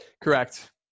Correct